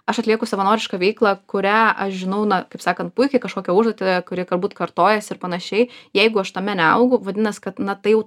aš atlieku savanorišką veiklą kurią aš žinau na kaip sakant puikiai kažkokią užduotį kuri galbūt kartojasi ir panašiai jeigu aš tame neaugu vadinas kad na tai jau